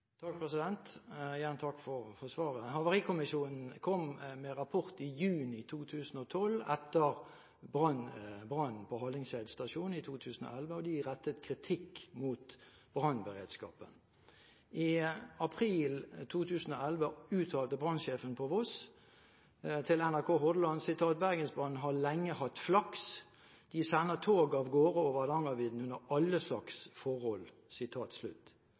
Igjen takk for svaret. Havarikommisjonen kom med rapport i juni 2012, etter brannen på Hallingskeid stasjon i 2011. De rettet kritikk mot brannberedskapen. I april 2011 uttalte brannsjefen på Voss til NRK Hordaland: «Bergensbanen har hatt flaks altfor lenge.» Og videre: «De sender tog av gårde over Hardangervidda under alle slags forhold.»